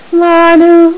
manu